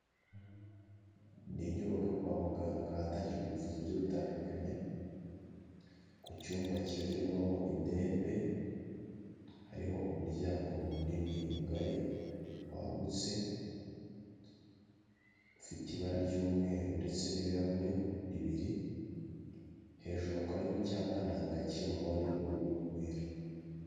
Ni inyubako yo kwa muganga ahatangirwa ubuvuzi bugiye butandukanye, ku cyumba kibagirwarwamo indembe, hariho umuryango munini mugari wagutse, ufite ibara ry'umweru ndetse n'ibirahure bibiri, hejuru hakaba hariho icyapa ndanga kiri mu mabara y'ubururu n'umweru.